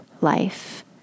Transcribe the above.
life